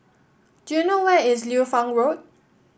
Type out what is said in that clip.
do you know where is Liu Fang Road